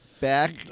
back